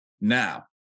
Now